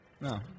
No